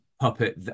puppet